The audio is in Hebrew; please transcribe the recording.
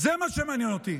זה מה שמעניין אותי.